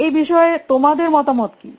এই বিষয়ে তোমাদের মতামত কী